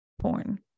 porn